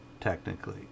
technically